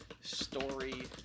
story